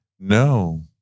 No